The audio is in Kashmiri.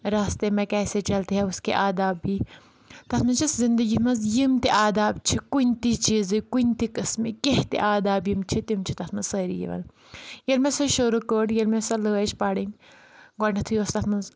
راستے میں کیسے چَلتے ہے اُسکے آداب بھی تَتھ منٛز چھِ زِندگی منٛز یِم تہِ آداب چھِ کُنۍ تہِ چیٖزٕکۍ کُنہِ تہِ قٕسمٕکۍ کینٛہہ تہِ آداب یِم چھِ تِم چھِ تَتھ منٛز سٲری یِوان ییٚلہِ مےٚ سۄ شُروع کٔر ییٚلہِ مےٚ سۄ لٲج پَرنۍ گۄڈنؠتھٕے اوس تَتھ منٛز